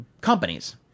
companies